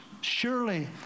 surely